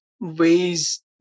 ways